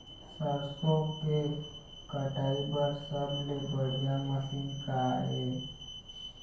सरसों के कटाई बर सबले बढ़िया मशीन का ये?